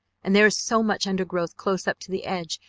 and there is so much undergrowth close up to the edge,